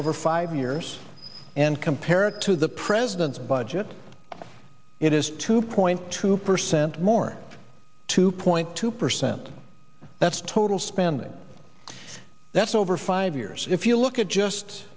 over five years and compare it to the president's budget it is two point two percent more than two point two percent that's total spending that's over five years if you look at just